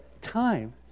time